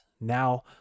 now